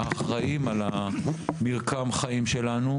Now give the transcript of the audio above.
האחראיים על מרקם החיים שלנו.